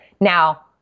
Now